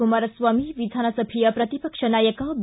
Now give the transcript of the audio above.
ಕುಮಾರಸ್ವಾಮಿ ವಿಧಾನಸಭೆಯ ಪ್ರತಿಪಕ್ಷ ನಾಯಕ ಬಿ